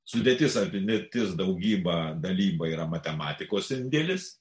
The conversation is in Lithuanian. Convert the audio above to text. sudėtis atimtis daugyba dalyba yra matematikos indėlis